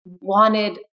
wanted